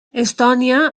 estònia